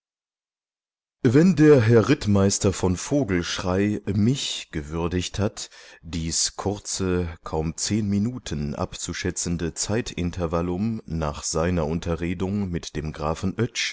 wenn der herr rittmeister von vogelschrey mich gewürdigt hat dies kurze kaum zehn minuten abzuschätzende zeitintervallum nach seiner unterredung mit dem grafen